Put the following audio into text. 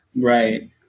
Right